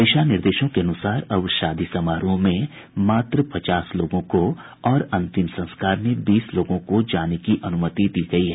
दिशा निर्देशों के अनुसार अब शादी समारोह में मात्र पचास लोगों को और अंतिम संस्कार में बीस लोगों को जाने की अनुमति दी गयी है